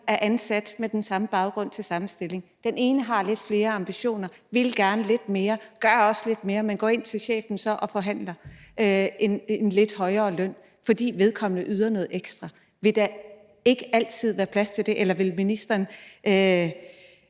er ansat i samme type stilling. Den ene har lidt flere ambitioner og vil gerne lidt mere og gør også lidt mere og går ind til chefen og forhandler en lidt højere løn, fordi vedkommende yder noget ekstra. Vil der ikke altid være plads til det, eller vil ministeren